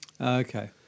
Okay